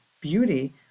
beauty